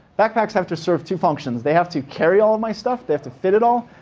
backpacks have to serve two functions. they have to carry all my stuff, they have to fit it all,